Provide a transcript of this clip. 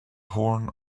horn